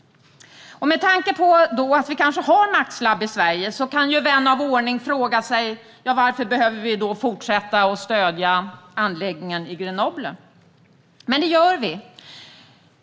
Med tanke på att vi har ett MAX-labb i Sverige kanske vän av ordning frågar sig varför vi behöver fortsätta att stödja anläggningen i Grenoble - men det gör vi.